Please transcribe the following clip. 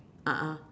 a'ah